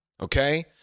okay